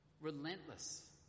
Relentless